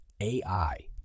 AI